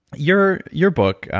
your your book,